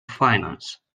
finance